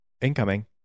Incoming